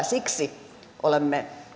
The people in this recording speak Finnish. siksi olemme